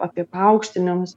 apie paaukštinimus